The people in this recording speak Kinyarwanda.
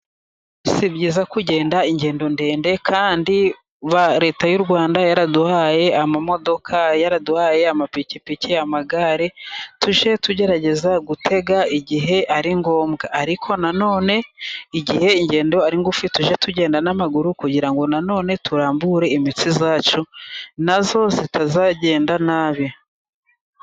Si byiza kugenda ingendo ndende, kandi leta y'u rwanda yaraduhaye amamodoka, yaraduhaye amapikipiki, amagare, tujye tugerageza gutega igihe ari ngombwa. Ariko na none igihe ingendo ari ngufi, tujye tugenda n'amaguru kugira ngo nanone turambure imitsi yacu nayo itazagenda nabi.